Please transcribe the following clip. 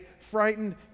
frightened